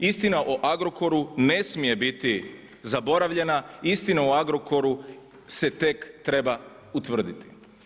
Istina o Agrokoru ne smije biti zaboravljena, istina o Agrokoru se tek treba utvrditi.